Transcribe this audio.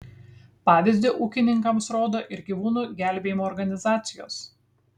pavyzdį ūkininkams rodo ir gyvūnų gelbėjimo organizacijos